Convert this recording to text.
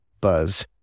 buzz